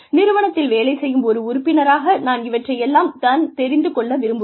நிறுவனத்தில் வேலை செய்யும் ஒரு உறுப்பினராக நான் இவற்றை எல்லாம் தான் தெரிந்து கொள்ள விரும்புவேன்